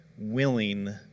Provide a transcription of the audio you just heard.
willing